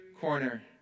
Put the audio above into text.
corner